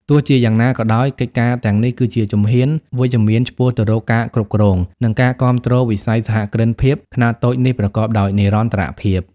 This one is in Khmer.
ទោះជាយ៉ាងណាក៏ដោយ កិច្ចការទាំងនេះគឺជាជំហានវិជ្ជមានឆ្ពោះទៅរកការគ្រប់គ្រង និងការគាំទ្រវិស័យសហគ្រិនភាពខ្នាតតូចនេះប្រកបដោយនិរន្តរភាព ។